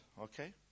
okay